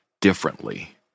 differently